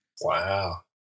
Wow